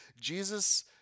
Jesus